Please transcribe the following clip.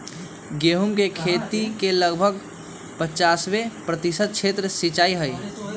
गेहूं के खेती के लगभग पंचानवे प्रतिशत क्षेत्र सींचल हई